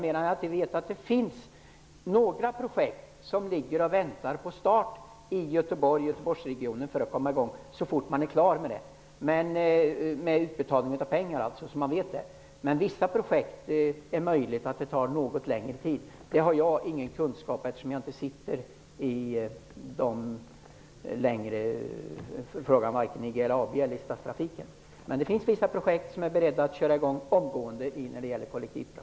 Jag vet att det finns några projekt som ligger och väntar på start i Göteborg och Göteborgsregionen, så fort det är klart med utbetalningen. Det är möjligt att det tar längre tid med vissa projekt. Det har jag ingen kunskap om, eftersom jag inte längre sitter med i styrelserna för Det finns vissa projekt som man är beredd att köra i gång med omgående när det gäller kollektivtrafiken.